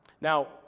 Now